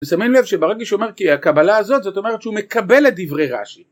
ושמים לב שברגע שהוא אומר כי הקבלה הזאת, זאת אומרת שהוא מקבל את דברי רש"י